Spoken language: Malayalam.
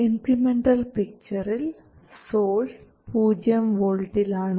ഇൻക്രിമെൻറൽ പിക്ചറിൽ സോഴ്സ് 0 വോൾട്ടിൽ ആണ്